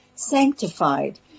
Sanctified